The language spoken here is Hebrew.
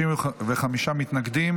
35 מתנגדים.